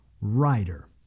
writer